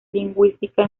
lingüística